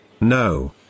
No